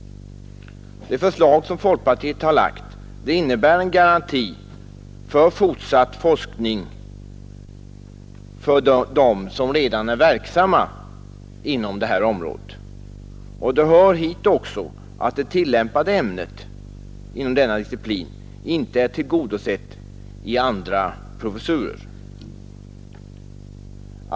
Det förslag som folkpartiet har lagt fram innebär en garanti för fortsatt forskning för dem som redan är verksamma inom detta område. Det hör också hit att det tillämpade ämnet inom denna disciplin inte är tillgodosett i andra professurer.